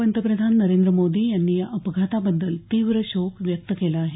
पंतप्रधान नरेंद्र मोदी यांनी या अपघाताबद्दल तीव्र शोक व्यक्त केला आहे